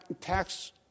tax